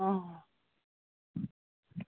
অঁ